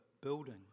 building